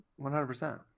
100%